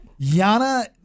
Yana